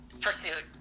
pursuit